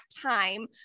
time